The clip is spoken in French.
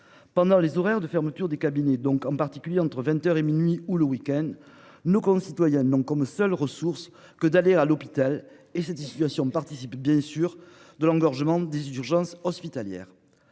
Pendant les horaires de fermeture des cabinets, donc en particulier entre 20h et minuit ou le end, nos concitoyens n'ont comme seule ressource que d'aller à l'hôpital et cette situation participe bien sûr de l'engorgement des urgences hospitalières.